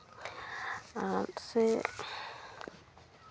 ᱟᱨ ᱥᱮ